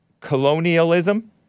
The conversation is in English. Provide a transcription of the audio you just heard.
colonialism